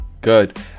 good